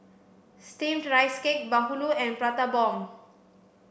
steamed rice cake bahulu and prata bomb